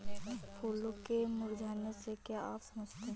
फूलों के मुरझाने से क्या आप समझते हैं?